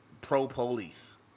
Pro-police